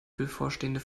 bevorstehende